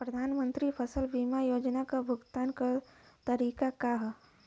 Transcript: प्रधानमंत्री फसल बीमा योजना क भुगतान क तरीकाका ह?